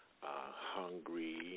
hungry